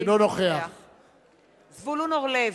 אינו נוכח זבולון אורלב,